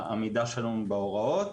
העמידה שלנו בהוראות.